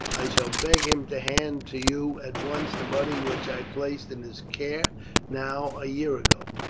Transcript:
i shall beg him to hand to you at once the money which i placed in his care now a year ago.